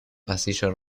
pasillo